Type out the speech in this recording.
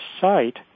site